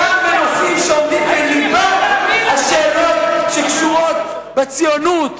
גם בנושאים שעומדים בלבן של השאלות שקשורות בציונות,